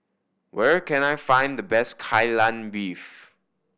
where can I find the best Kai Lan Beef